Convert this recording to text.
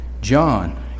John